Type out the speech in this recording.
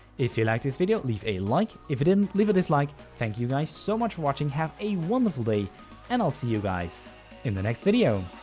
if you liked this video leave a like, if you didn't leave a dislike, thank you guys so much for watching have a wonderful day and i'll see you guys in the next video!